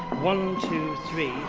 one, two, three,